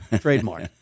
Trademark